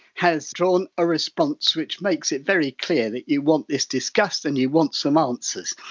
has drawn a response which makes it very clear that you want this discussed and you want some answers.